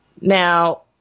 Now